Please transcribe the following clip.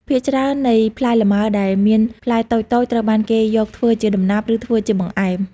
ភាគច្រើននៃផ្លែលម៉ើដែលមានផ្លែតូចៗត្រូវបានគេយកធ្វើជាដំណាប់ ឬធ្វើជាបង្ហែម។